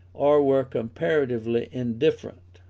or were comparatively indifferent.